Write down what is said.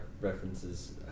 references